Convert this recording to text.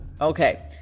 okay